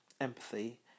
empathy